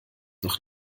noch